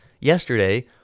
yesterday